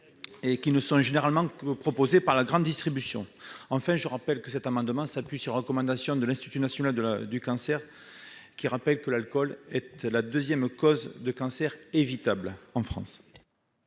ne sont généralement pas proposées par la grande distribution. Les dispositions de cet amendement s'appuient sur une recommandation de l'Institut national du cancer, qui rappelle que l'alcool est la deuxième cause de cancer évitable en France.